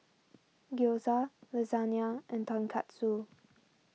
Gyoza Lasagne and Tonkatsu